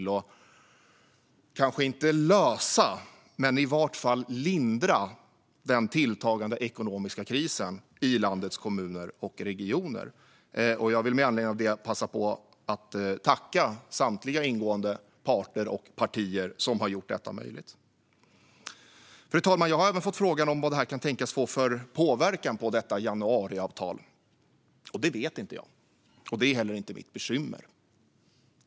Vi lyckas kanske inte lösa men i varje fall lindra den tilltagande ekonomiska krisen i landets kommuner och regioner. Med anledning av detta vill jag passa på och tacka samtliga ingående parter och partier som har gjort detta möjligt. Fru talman! Jag har fått frågan vad detta kan tänkas få för påverkan på januariavtalet. Det vet jag inte, och det är heller inte mitt bekymmer.